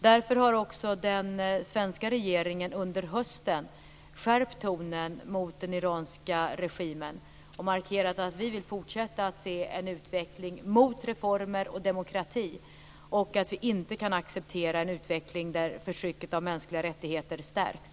Därför har också den svenska regeringen under hösten skärpt tonen mot den iranska regimen och markerat att vi vill fortsätta att se en utveckling mot reformer och demokrati och att vi inte kan acceptera en utveckling där förtrycket av mänskliga rättigheter stärks.